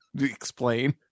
Explain